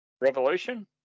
Revolution